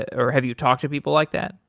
ah or have you talked to people like that?